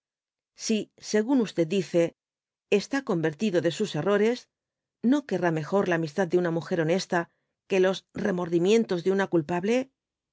si según dice está convertido de sus errores no querrá mejor la amistad de una múger honesta que los remordimientos de una culpable